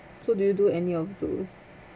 so do you do any of those